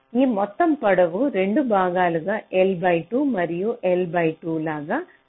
ఈ మొత్తం పొడవును 2 భాగాలుగా L బై 2 మరియు L బై 2 లాగా విచ్ఛిన్నం చేస్తాను